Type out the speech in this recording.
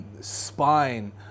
Spine